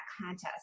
contest